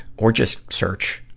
or just search,